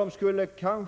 De skulle